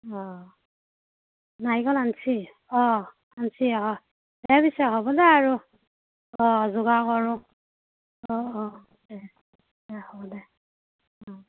অঁ নাৰিকল আনছি অঁ আনছি অঁ দে পিছে হ'ব দে আৰু অঁ যোগাৰ কৰোঁ অঁ অঁ দে দে হ'ব দে অঁ